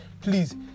Please